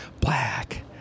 black